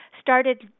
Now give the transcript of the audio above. started